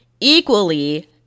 equally